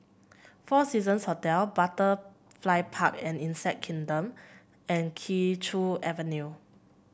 Four Seasons Hotel Butterfly Park and Insect Kingdom and Kee Choe Avenue